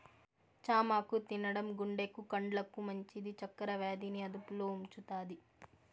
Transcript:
చామాకు తినడం గుండెకు, కండ్లకు మంచిది, చక్కర వ్యాధి ని అదుపులో ఉంచుతాది